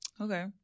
Okay